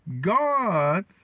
God